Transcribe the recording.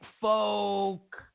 folk